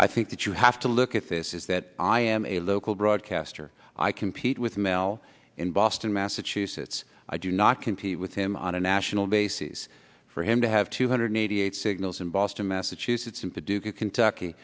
i think that you have to look at this is that i am a local broadcaster i compete with mel in boston massachusetts i do not compete with him on a national basis for him to have two hundred eighty eight signals in boston massachusetts in paducah kentucky